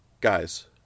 guys